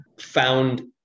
found